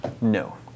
No